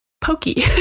pokey